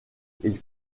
ils